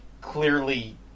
clearly